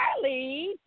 Charlie